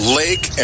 lake